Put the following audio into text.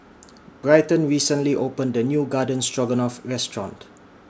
Bryton recently opened A New Garden Stroganoff Restaurant